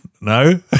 no